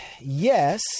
yes